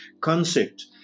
concept